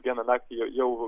vieną naktį jo jau